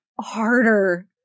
harder